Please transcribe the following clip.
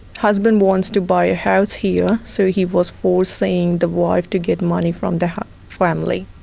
husband wants to buy a house here so he was forcing the wife to get money from the family.